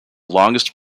longest